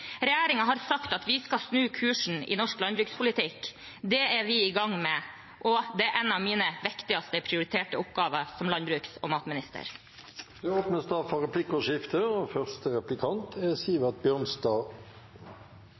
har sagt at vi skal snu kursen i norsk landbrukspolitikk. Det er vi i gang med, og det er en av mine viktigste prioriterte oppgaver som landbruks- og matminister. Det blir replikkordskifte.